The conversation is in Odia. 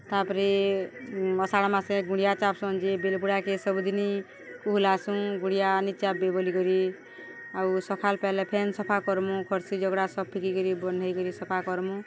ତା'ପରେ ଆଷାଢ଼୍ ମାସେ ଗୁଣିଆ ଚାବ୍ସନ୍ ଯେ ବେଲ୍ବୁଡ଼ାକେ ସବୁଦିନ୍ ଆଏସୁଁ ଗୁଣିଆ ନିି ଚାବ୍ବେ ବୋଲିକରି ଆଉ ସଖାଲ୍ ପାଏଲେ ଫେନ୍ ସଫା କର୍ମୁ ଖର୍ସିୀ ଜଗ୍ଡ଼ା ସଫ ସଫିକରି ବନ୍ଢେଇ କରି ସଫା କର୍ମୁ